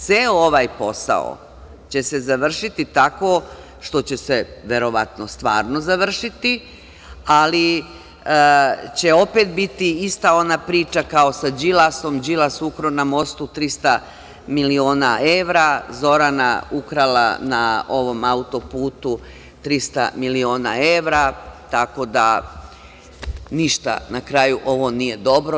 Ceo ovaj posao će se završiti tako što će se verovatno stvarno završiti, ali će opet biti ista ona priča kao sa Đilasom, Đilas ukrao na mostu 300 miliona evra, Zorana ukrala na ovom autoputu 300 miliona evra, tako da, ništa na kraju ovo nije dobro.